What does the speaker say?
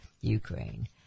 Ukraine